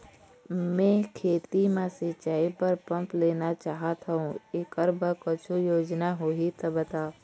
मैं खेती म सिचाई बर पंप लेना चाहत हाव, एकर बर कुछू योजना होही त बताव?